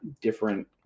different